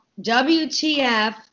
WTF